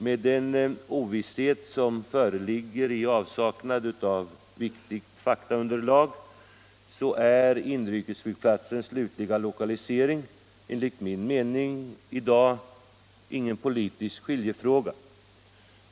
Med den ovisshet som föreligger i avsaknad av riktigt faktaunderlag är inrikesflygplatsens slutliga lokalisering enligt min mening i dag ingen politisk skiljefråga.